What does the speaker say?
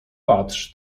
patrz